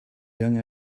young